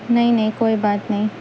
نہیں نہیں کوئی بات نہیں